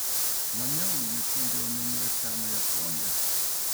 maniau ji turi omenyje senąją ponią